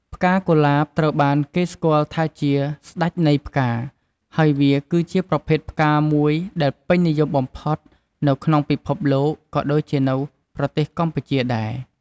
ផ្កាកុលាបត្រូវបានគេស្គាល់ថាជា "ស្តេចនៃផ្កា" ហើយវា គឺជាប្រភេទផ្កាមួយដែលពេញនិយមបំផុតនៅក្នុងពិភពលោក ក៏ដូចជានៅប្រទេសកម្ពុជាដែរ។